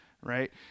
right